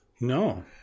No